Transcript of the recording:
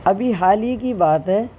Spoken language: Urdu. ابھی حال ہی کی بات ہے